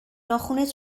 ناخنت